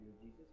Jesus